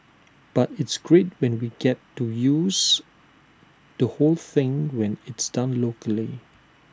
but it's great when we get to use the whole thing when it's done locally